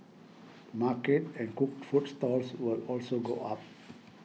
market and cooked food stalls will also go up